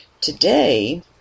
Today